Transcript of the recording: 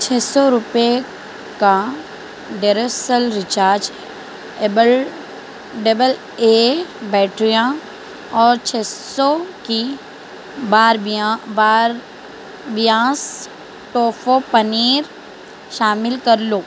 چھ سو روپے کا Duracell rechargeable double A بیٹریاں اور چھ سو کی باربیاں باریاس ٹوفو پنیر شامل کر لو